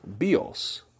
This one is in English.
bios